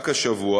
רק השבוע